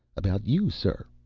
about you, sir.